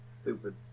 Stupid